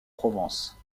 provence